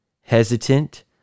hesitant